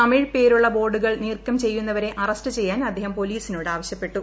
തമിഴ് പേരുള്ള ബോർഡുകൾ നീക്കം ചെയ്യുന്നവരെ അറസ്റ്റ് ചെയ്യാൻ അദ്ദേഹം പോലീസിനോട് ആവശ്യപ്പെട്ടു